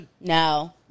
No